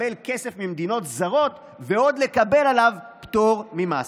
לקבל כסף ממדינות זרות ועוד לקבל עליו פטור ממס.